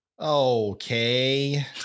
Okay